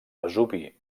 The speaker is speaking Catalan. vesuvi